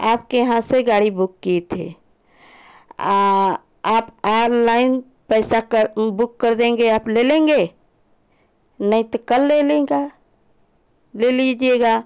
आपके यहाँ से गाड़ी बुक किए थे आप आनलाइन पैसा बुक कर देंगे आप ले लेंगे नहीं तो कल ले लेगा ले लीजिएगा